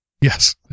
yes